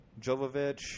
Jovovich